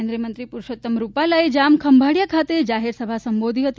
કેન્દ્રીય મંત્રી પરષોત્તમ રૂપાલાએ જામખંભાળીયા ખાતે જાહેરસભા સંબોધી હતી